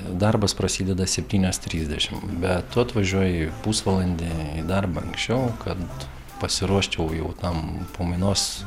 darbas prasideda septynios trisdešimt bet tu atvažiuoji pusvalandį darbą anksčiau kad pasiruoščiau jau tam pamainos